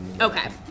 Okay